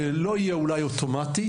שלא יהיה אולי אוטומטי,